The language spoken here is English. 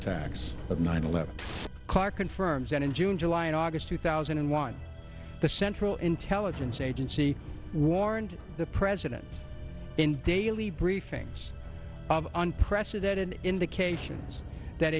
attacks of nine eleven confirms that in june july and august two thousand and one the central intelligence agency warned the president in daily briefings unprecedented indications that